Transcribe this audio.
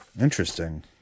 Interesting